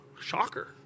Shocker